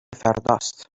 فرداست